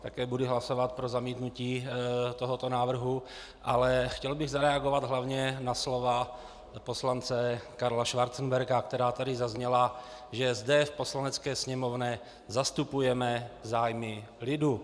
Také budu hlasovat pro zamítnutí tohoto návrhu, ale chtěl bych zareagovat hlavně na slova poslance Karla Schwarzenberga, která tady zazněla, že zde v Poslanecké sněmovně zastupujeme zájmy lidu.